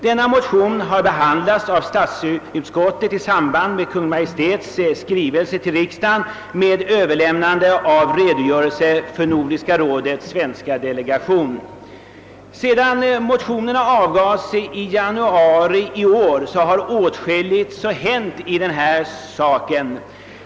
Denna motion har behandlats av statsutskottet i samband med Kungl. Maj:ts skrivelse till riksdagen med överlämnande av redogörelsen från Nordiska rådets svenska delegation. Sedan motionen avgavs i januari i år har åtskilligt hänt i denna fråga.